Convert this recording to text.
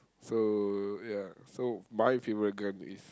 so ya so my favourite gun is